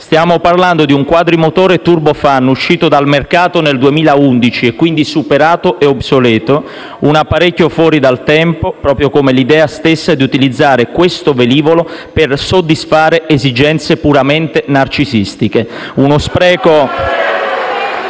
Stiamo parlando di un quadrimotore *turbofan*, uscito dal mercato nel 2011 e quindi superato e obsoleto; un apparecchio fuori dal tempo, proprio come l'idea stessa di utilizzare questo velivolo per soddisfare esigenze puramente narcisistiche: uno spreco.